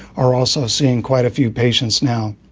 are also seeing quite a few patients now,